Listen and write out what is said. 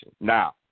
Now